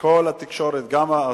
בכל התקשורת, גם הטורקית,